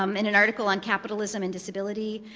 um in an article on capitalism and disability,